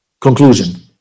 Conclusion